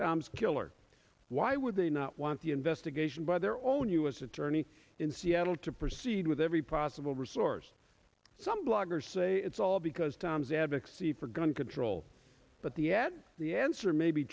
tom's killer why would they not want the investigation by their own u s attorney in seattle to proceed with every possible resource some bloggers say it's all because tom's advocacy for gun control but the ad the answer may be